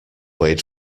wait